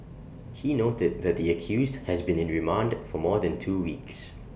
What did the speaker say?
he noted that the accused has been in remand for more than two weeks